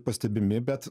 pastebimi bet